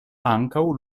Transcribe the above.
ankaŭ